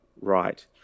right